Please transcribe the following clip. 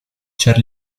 ĉar